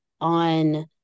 on